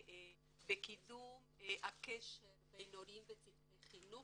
בקידום הקשר בין הורים וצוותי חינוך.